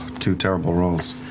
two terrible rolls.